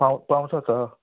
पाउँ पाउँछ त